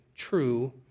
true